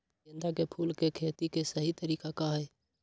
गेंदा के फूल के खेती के सही तरीका का हाई?